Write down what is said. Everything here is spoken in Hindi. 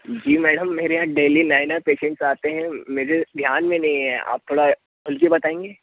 जी मैडम मेरे यहाँ डेली नए नए पेशन्टस आते हैं मेरे ध्यान में नहीं है आप थोड़ा खुल के बताएंगी